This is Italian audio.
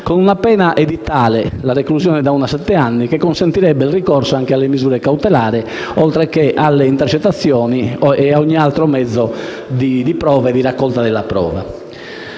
con una pena edittale (la reclusione da uno a sette anni) che consentirebbe il ricorso alle misure cautelari, oltre che alle intercettazioni e a ogni altro mezzo di prova e di raccolta della prova.